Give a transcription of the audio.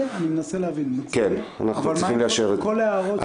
אבל מה עם כל ההערות?